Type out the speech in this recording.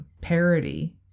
parody